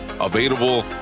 available